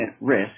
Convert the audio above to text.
risk